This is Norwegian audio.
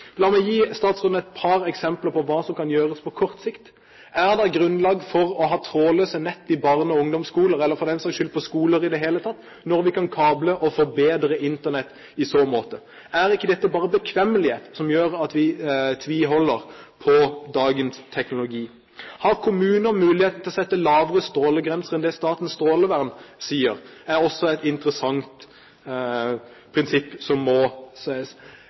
La meg gi statsråden et par eksempler på hva som kan gjøres på kort sikt. Er det grunnlag for å ha trådløse nett i barne- og ungdomsskoler, eller for den saks skyld på skoler i det hele tatt når vi kan kable og forbedre Internett i så måte? Er det ikke bare bekvemmelighet som gjør at vi tviholder på dagens teknologi? Har kommuner mulighet til å sette lavere strålegrenser enn det Statens strålevern sier, er også et interessant prinsipp som må